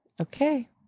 Okay